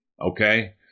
Okay